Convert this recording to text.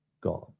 God